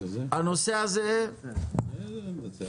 אבל אני מבקש מכל הדוברים לדבר לעניין,